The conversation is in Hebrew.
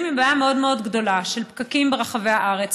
עם בעיה מאוד מאוד גדולה של פקקים ברחבי הארץ.